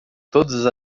todas